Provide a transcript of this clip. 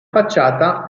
facciata